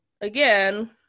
again